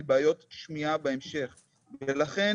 אני שמח ומתכבד לפתוח את הדיון של ועדת